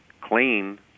clean